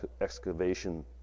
excavation